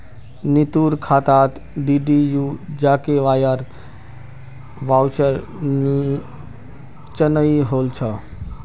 नीतूर खातात डीडीयू जीकेवाईर वाउचर चनई होल छ